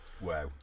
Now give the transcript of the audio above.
Wow